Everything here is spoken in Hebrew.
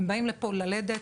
הם באים לפה ללדת,